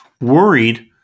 worried